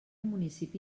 municipi